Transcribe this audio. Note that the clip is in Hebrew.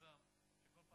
עם זמזם,